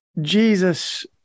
Jesus